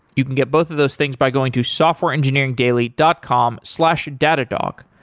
you can get both of those things by going to softwareengineeringdaily dot com slash datadog.